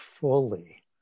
fully